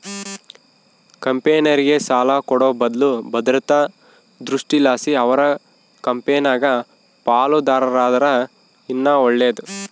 ಕಂಪೆನೇರ್ಗೆ ಸಾಲ ಕೊಡೋ ಬದ್ಲು ಭದ್ರತಾ ದೃಷ್ಟಿಲಾಸಿ ಅವರ ಕಂಪೆನಾಗ ಪಾಲುದಾರರಾದರ ಇನ್ನ ಒಳ್ಳೇದು